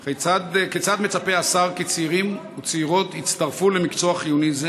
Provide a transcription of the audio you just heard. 3. כיצד מצפה השר כי צעירים וצעירות יצטרפו למקצוע חיוני זה